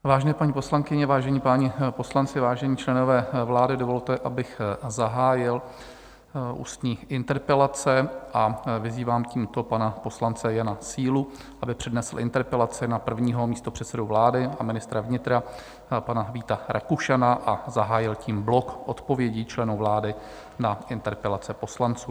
Vážené paní poslankyně, vážení páni poslanci, vážení členové vlády, dovolte, abych zahájil ústní interpelace, a vyzývám tímto pana poslance Jana Sílu, aby přednesl interpelaci na prvního místopředsedu vlády a ministra vnitra pana Víta Rakušana a zahájil tím blok odpovědí členů vlády na interpelace poslanců.